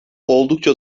oldukça